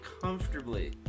comfortably